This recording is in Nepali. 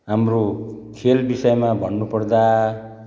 हाम्रो खेल विषयमा भन्नुपर्दा